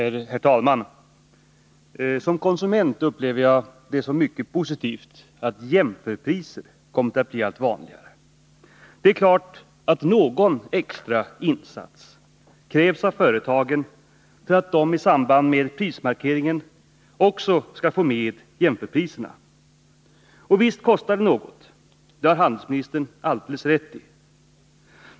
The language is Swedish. Herr talman! Som konsument upplever jag det som mycket positivt att jämförpriser har kommit att bli allt vanligare. Det är klart att någon extra insats krävs av företagen för att de i samband med prismärkningen också skall få med jämförpriserna. Och visst kostar det något — det har handelsministern alldeles rätt i.